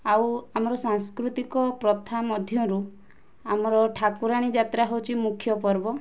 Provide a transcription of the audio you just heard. ଆଉ ଆମର ସାଂସ୍କୃତିକ ପ୍ରଥା ମଧ୍ୟରୁ ଆମର ଠାକୁରାଣୀ ଯାତ୍ରା ହେଉଛି ମୁଖ୍ୟ ପର୍ବ